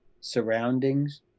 surroundings